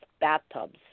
bathtubs